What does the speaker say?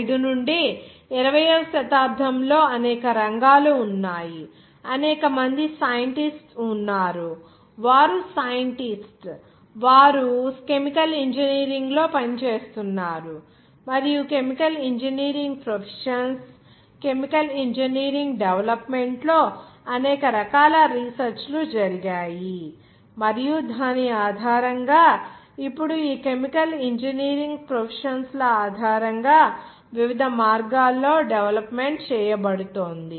1945 నుండి అంటే 20 వ శతాబ్దంలో అనేక రంగాలు ఉన్నాయి అనేక మంది సైంటిస్ట్స్ ఉన్నారు వారు సైంటిస్ట్స్ వారు కెమికల్ ఇంజనీరింగ్లో పనిచేస్తున్నారు మరియు chemical engineering professions chemical engineering development లో అనేక రకాల రీసెర్చ్ లు జరిగాయి మరియు దాని ఆధారంగా ఇప్పుడు సొసైటీ ఈ కెమికల్ ఇంజనీరింగ్ ప్రాసెసస్ ల ఆధారంగా వివిధ మార్గాల్లో డెవలప్మెంట్ చేయబడుతోంది